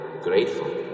grateful